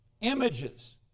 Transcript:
images